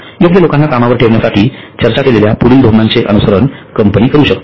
योग्य लोकांना कामावर ठेवण्यासाठी चर्चा केलेल्या पुढील धोरणांचे अनुसरण कंपनी करू शकते